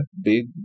big